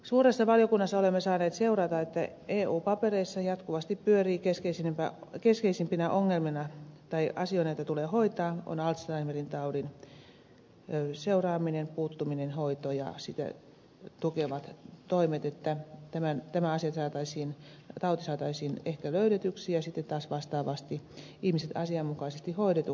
suuressa valiokunnassa olemme saaneet seurata että eu papereissa jatkuvasti pyörii yhtenä keskeisimmistä asioista joita tulee hoitaa alzheimerin taudin seuraaminen puuttuminen hoitoon ja sitä tukevat toimet niin että tämä tauti saataisiin ehkä löydetyksi ja sitten taas vastaavasti ihmiset asianmukaisesti hoidetuiksi